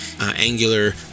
angular